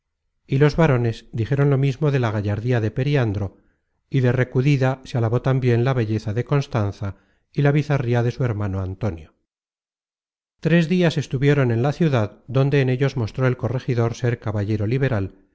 y los varones dijeron lo mismo de la gallardía de periandro y de recudida se alabó tambien la belleza de constanza y la bizarría de su hermano antonio tres dias estuvieron en la ciudad donde en ellos mostró el corregidor ser caballero liberal